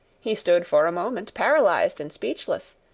he stood for a moment paralyzed and speechless,